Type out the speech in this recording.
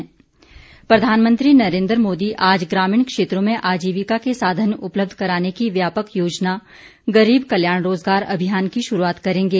प्रधानमंत्री प्रधानमंत्री नरेन्द्र मोदी आज ग्रामीण क्षेत्रों में आजीविका के साधन उपलब्ध कराने की व्यापक योजना गरीब कल्याण रोजगार अभियान की शुरूआत करेंगे